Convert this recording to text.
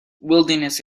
wilderness